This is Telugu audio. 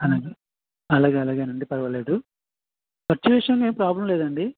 అలాగే అలాగే అలాగే అండి పరవాలేదు ఖర్చు విషయం ఏం ప్రాబ్లెమ్ లేదు అండి